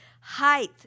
Height